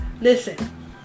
Listen